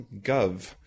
gov